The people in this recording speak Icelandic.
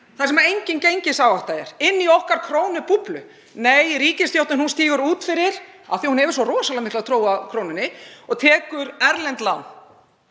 þar sem engin gengisáhætta er, inni í okkar krónubúblu. Nei, ríkisstjórnin stígur út fyrir, af því að hún hefur svo rosalega mikla trú á krónunni, og tekur erlend lán,